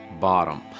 bottom